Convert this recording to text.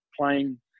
playing